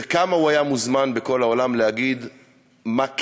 וכמה הוא היה מוזמן בכל העולם לומר מה כן,